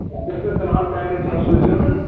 وۄنۍ کٔرۍزیو فِلحال پینٛڈِنٛگ ہَسا سوٗزیو نہٕ